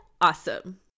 Awesome